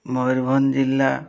ମୟୂରଭଞ୍ଜ ଜିଲ୍ଲା